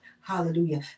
Hallelujah